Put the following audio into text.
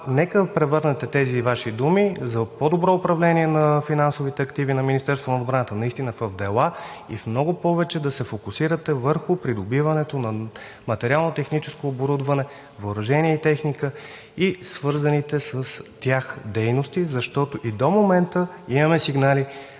нека превърнете тези Ваши думи за по добро управление на финансовите активи на Министерството на отбраната наистина в дела и много повече да се фокусирате върху придобиването на материално-техническо оборудване, въоръжение и техника и свързаните с тях дейности, защото и до момента имаме сигнали